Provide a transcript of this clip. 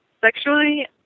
sexually